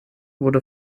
wurde